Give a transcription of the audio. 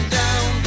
down